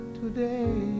today